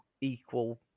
equal